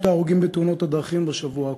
ההרוגים בתאונות הדרכים בשבוע הקודם.